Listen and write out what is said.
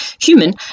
human